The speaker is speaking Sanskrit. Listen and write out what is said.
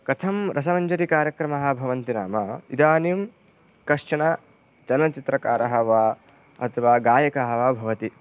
कथं रसमञ्जरिकार्यक्रमाः भवन्ति नाम इदानीं कश्चन चलनचित्रकारः वा अथवा गायकः वा भवति